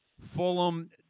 fulham